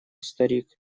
старик